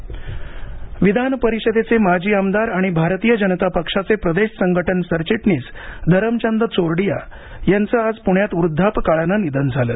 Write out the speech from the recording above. चोरडिया निधन विधान परिषदेचे माजी आमदार आणि भारतीय जनता पक्षाचे प्रदेश संघटन सरचिटणीस धरमचंद चोरडिया यांचं आज पुण्यात वृद्धापकाळानं निधन झालं